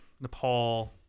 Nepal